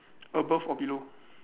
above or below